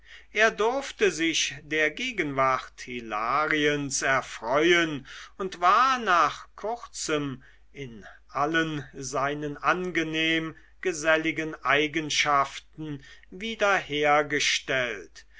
er durfte sich der gegenwart hilariens erfreuen und war nach kurzem in allen seinen angenehm geselligen eigenschaften